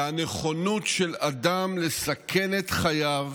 הנכונות של אדם לסכן את חייו,